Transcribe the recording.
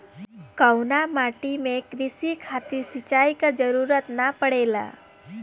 कउना माटी में क़ृषि खातिर सिंचाई क जरूरत ना पड़ेला?